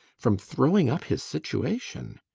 from throwing up his situation.